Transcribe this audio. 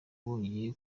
wongeye